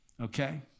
okay